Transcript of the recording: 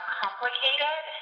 complicated